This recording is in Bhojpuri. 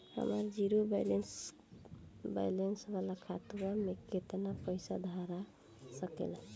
हमार जीरो बलैंस वाला खतवा म केतना पईसा धरा सकेला?